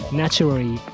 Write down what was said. naturally